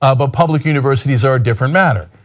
ah but public universities are a different matter.